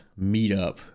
meetup